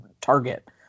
target